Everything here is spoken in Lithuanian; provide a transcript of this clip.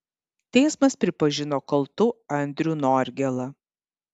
teismas pripažino kaltu andrių norgėlą